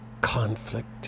conflict